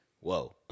whoa